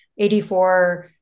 84